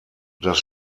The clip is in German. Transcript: das